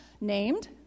named